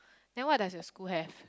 then what does your school have